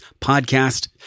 podcast